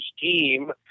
team